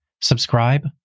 Subscribe